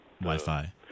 Wi-Fi